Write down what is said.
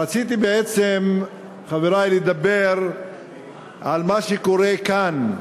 רציתי בעצם, חברי, לדבר על מה שקורה כאן: